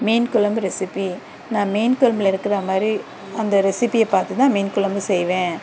மீன் குழம்பு ரெசிப்பி நான் மீன் குழம்புல இருக்கிற மாதிரி அந்த ரெசிபியை பார்த்து தான் மீன் குழம்பு செய்வேன்